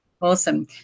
Awesome